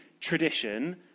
tradition